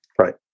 Right